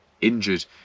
injured